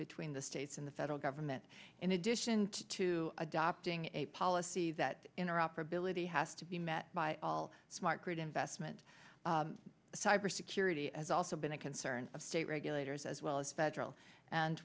between the states and the federal government in addition to adopting a policy that interoperability has to be met by all smart grid investment cyber security as also been a concern of state regulators as well as federal and